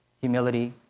humility